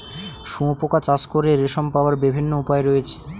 শুঁয়োপোকা চাষ করে রেশম পাওয়ার বিভিন্ন উপায় রয়েছে